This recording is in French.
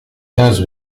quinze